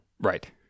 right